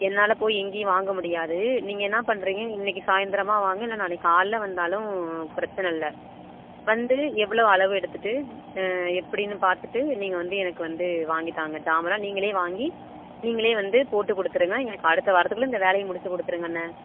என்னால் போய் எங்கேயும் வாங்க முடியாது நீங்கள் என்ன பண்ணுறிங்க இன்னைக்கி சாய்ந்திரமா வாங்க இல்லை நாளைக்கு காலைல வந்தாலும் பிரச்சனை இல்லை வந்து எவ்வளோ அளவு எடுத்துட்டு எப்படின்னு பார்த்துட்டு நீங்கள் வந்து எனக்கு வந்து வாங்கித்தாங்க சாமான்லாம் நீங்களே வாங்கி நீங்களே வந்து போட்டு கொடுத்துருங்க எனக்கு அடுத்த வாரத்துக்குள்ள இந்த வேலையை முடித்து கொடுத்துருங்கண்ண